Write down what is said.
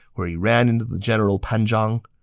where he ran into the general pan zhang.